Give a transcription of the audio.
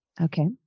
Okay